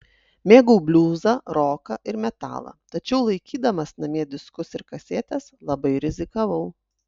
mėgau bliuzą roką ir metalą tačiau laikydamas namie diskus ir kasetes labai rizikavau